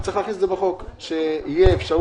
רק צריך להכניס את זה בחוק שתהיה אפשרות